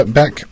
back